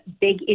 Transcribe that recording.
big